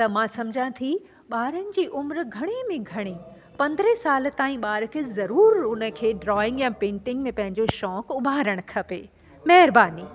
त मां समुझा थी ॿारनि जी उमिरि घणे में घणी पंद्रहें साल ताईं ॿार खे ज़रूर उनखे ड्राइंग या पेंटिंग में पंहिंजो शौक़ु उभारणु खपे महिरबानी